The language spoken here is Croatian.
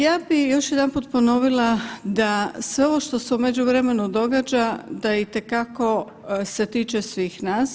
Ja bi još jedanput ponovila da sve ovo što se u međuvremenu događa da je itekako se tiče svih nas.